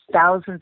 thousands